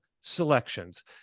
selections